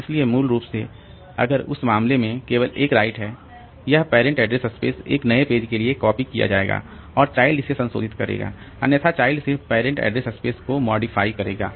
इसलिए मूल रूप से अगर उस मामले में केवल एक राइट है यह पैरेंट एड्रेस स्पेस एक नए पेज के लिए कॉपी किया जाएगा और चाइल्ड इसे संशोधित करेगा अन्यथा चाइल्ड सिर्फ पैरेंट एड्रेस स्पेस को मॉडिफाई करेगा